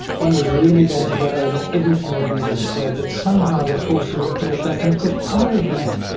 when it was really going to go over and everything would be destroyed that somehow the forces would pull it back. and of course, part of that,